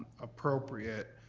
appropriate,